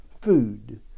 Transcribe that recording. food